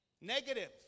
Negative